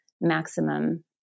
maximum